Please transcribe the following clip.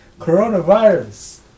Coronavirus